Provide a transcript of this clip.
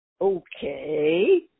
Okay